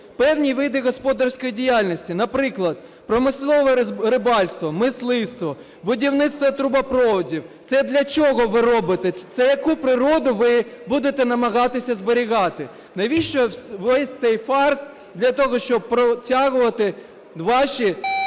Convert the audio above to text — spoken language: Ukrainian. певні види господарської діяльності, наприклад, промислове рибальство, мисливство, будівництво трубопроводів. Це для чого ви робите, це яку природу ви будете намагатися зберігати, навіщо весь цей фарс для того, щоб протягувати ваші